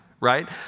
right